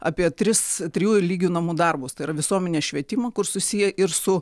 apie tris trijų lygių namų darbus tai yra visuomenės švietimą kur susiję ir su